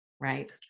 right